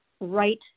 right